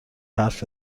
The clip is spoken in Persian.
حرف